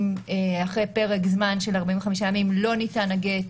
אם אחרי פרק זמן של 45 ימים לא ניתן הגט,